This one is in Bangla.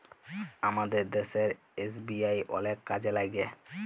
আমাদের দ্যাশের এস.বি.আই অলেক কাজে ল্যাইগে